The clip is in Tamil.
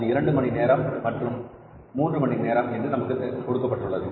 அது இரண்டு மணி நேரம் மற்றும் மூன்று மணி நேரம் என்று நமக்கு கொடுக்கப்பட்டுள்ளது